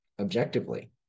objectively